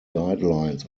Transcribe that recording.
guidelines